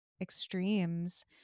extremes